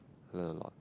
learn a lot